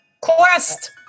quest